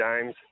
games